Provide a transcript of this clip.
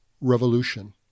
revolution